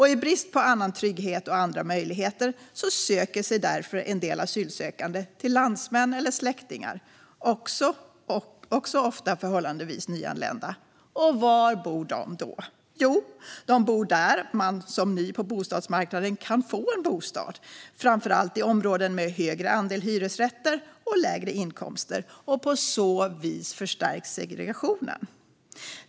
I brist på annan trygghet och andra möjligheter söker sig därför en del asylsökande till landsmän eller släktingar, ofta också förhållandevis nyanlända. Och var bor de då? Jo, de bor där man som ny på bostadsmarknaden kan få bostad - framför allt i områden med högre andel hyresrätter och lägre inkomster. På så vis förstärks segregationen.